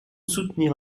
soutenir